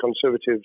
Conservatives